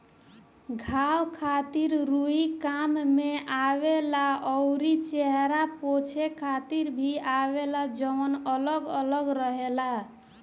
घाव खातिर रुई काम में आवेला अउरी चेहरा पोछे खातिर भी आवेला जवन अलग अलग रहेला